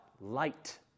Light